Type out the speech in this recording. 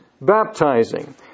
baptizing